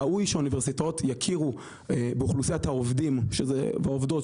ראוי שהאוניברסיטאות יכירו באוכלוסיית העובדים והעובדות,